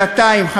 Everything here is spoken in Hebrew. שנתיים,